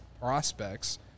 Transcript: prospects